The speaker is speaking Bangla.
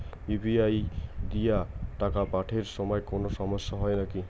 ইউ.পি.আই দিয়া টাকা পাঠের সময় কোনো সমস্যা হয় নাকি?